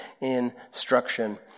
instruction